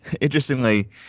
interestingly